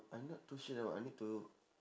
I not too sure you know I need to